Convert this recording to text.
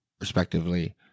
respectively